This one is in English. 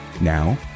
Now